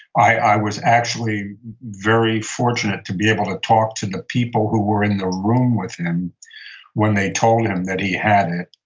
i was actually very fortunate to be able to talk to the people who were in the room with him when they told him that he had it.